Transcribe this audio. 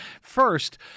First